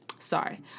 Sorry